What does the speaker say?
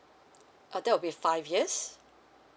ah there will be five years